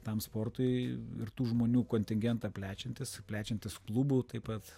tam sportui ir tų žmonių kontingentą plečiantis plečiantis klubų taip pat